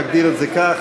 נגדיר את זה כך,